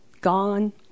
gone